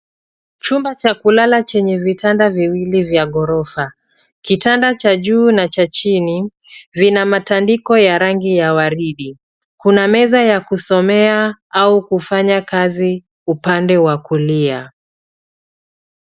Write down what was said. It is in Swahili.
Chumba cha kulala chenye vitanda viwili vya ghorofa. Kitanda cha juu na cha chini vina matandiko ya rangi ya waridi. Kuna meza ya kusomea au kufanya kazi upande wa kulia.